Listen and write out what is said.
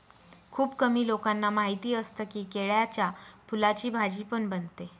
खुप कमी लोकांना माहिती असतं की, केळ्याच्या फुलाची भाजी पण बनते